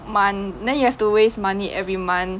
month then you have to waste money every month